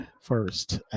first